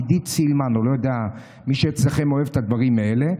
עידית סילמן או מי שאצלכם אוהב את הדברים האלה,